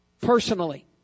personally